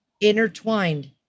intertwined